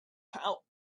how